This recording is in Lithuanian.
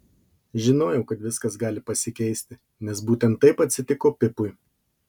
žinojau kad viskas gali pasikeisti nes būtent taip atsitiko pipui